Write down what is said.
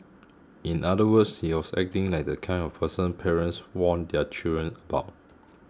in other words he was acting like the kind of person parents warn their children about